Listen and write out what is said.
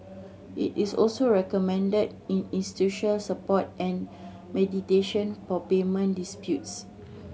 it is also recommended in institution support and mediation for payment disputes